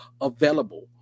available